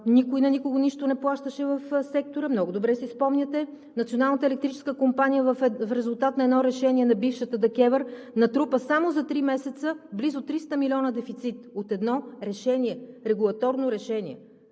никой на никого нищо не плащаше в сектора, много добре си спомняте. Националната електрическа компания в резултат на едно решение на бившата ДКЕВР натрупа само за три месеца близо 300 милиона дефицит от едно регулаторно решение.